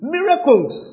Miracles